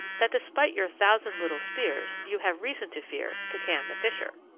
that despite your thousand little spears you have reason to fear pekan the fisher.